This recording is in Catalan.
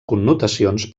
connotacions